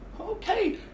Okay